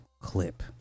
clip